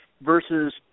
versus